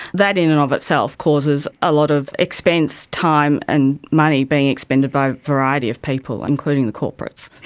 that in and of itself causes a lot of experience, time and money being expended by a variety of people, including the corporates.